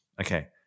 Okay